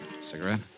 Cigarette